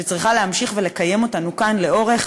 שצריכה להמשיך ולקיים אותנו כאן לאורך,